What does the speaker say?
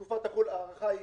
שי,